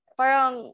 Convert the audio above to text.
parang